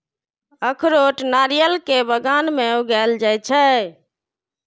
अखरोट नारियल के बगान मे उगाएल जाइ छै